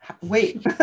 wait